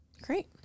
Great